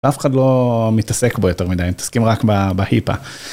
אף אחד לא מתעסק בו יותר מדי, הם מתעסקים רק בהיפה.